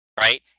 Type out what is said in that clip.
Right